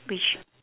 which